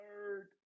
third